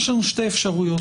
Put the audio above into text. יש לנו שתי אפשרויות,